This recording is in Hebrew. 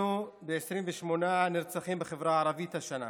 אנחנו ב-28 נרצחים בחברה הערבית השנה.